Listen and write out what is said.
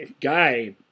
guy